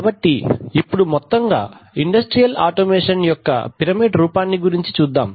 కాబట్టి ఇప్పుడు మొత్తంగా ఇండస్ట్రియల్ ఆటోమేషన్ యొక్క పిరమిడ్ రూపాన్ని గురించి చూద్దాం